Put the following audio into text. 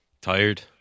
tired